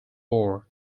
war